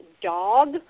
dog